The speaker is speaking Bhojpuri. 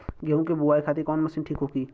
गेहूँ के बुआई खातिन कवन मशीन ठीक होखि?